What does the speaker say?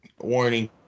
warning